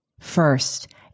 First